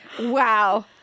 wow